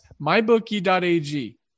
mybookie.ag